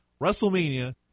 WrestleMania